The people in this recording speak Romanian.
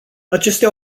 acestea